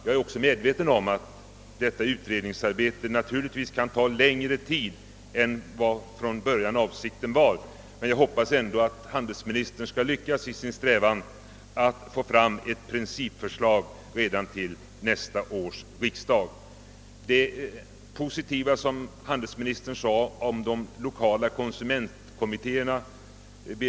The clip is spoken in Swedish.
Jag är medveten om att detta fortsatta utredningsarbete kan ta längre tid än beräknat, men jag hoppas ändå att handelsministern skall lyckas i sin strävan att få fram ett principförslag redan till nästa års riksdag. Jag ber också att få instämma i handelsministerns positiva ord om de 1lokala konsumentkommittéerna.